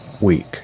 week